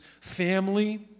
family